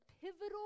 pivotal